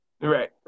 Right